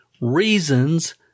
reasons